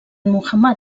muhammad